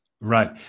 Right